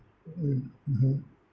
mm mmhmm